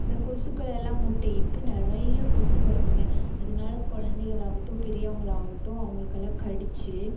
இந்த கொசுக்களெல்லாம் முட்டை இட்டு நிறைய கொசு வருதுங்க அதனால குழந்தைகளாகட்டும் பெரியவங்களாகட்டும் அவங்களுக்கெல்லாம் கடிச்சு